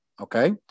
okay